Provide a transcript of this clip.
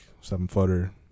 seven-footer